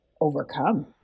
overcome